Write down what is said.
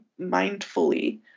mindfully